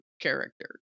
character